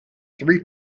three